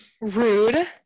rude